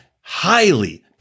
highly